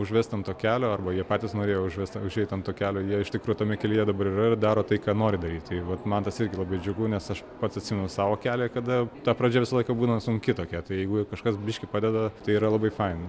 užvest ant to kelio arba jie patys norėjo užvest užeit ant to kelio jie iš tikro tame kelyje dabar ir yra daro tai ką nori daryt tai vat man tas irgi labai džiugu nes aš pats atsimenu savo kelią kada ta pradžia visą laiką būna sunki tokia tai jeigu jau kažkas biškį padeda tai yra labai faina